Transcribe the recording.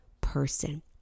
person